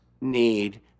need